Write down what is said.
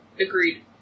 Agreed